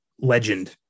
Legend